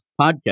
podcast